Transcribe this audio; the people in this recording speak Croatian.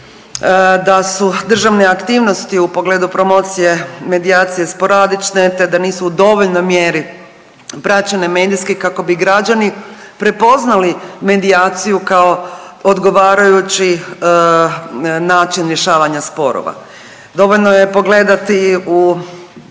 da su državne aktivnosti u pogledu promocije medijacije sporadične te da nisu u dovoljnoj mjeri praćene medijski kako bi građani prepoznali medijaciju kao odgovarajući način rješavanja sporova. Dovoljno je pogledati u